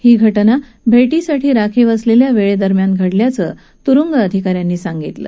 ही घटना भेटीसाठी राखीव असलेल्या वेळेदरम्यान घडल्याचं तुरुंग अधिका यानं सांगितलं